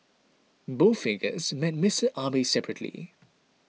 both figures met Mister Abe separately